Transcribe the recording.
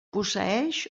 posseeix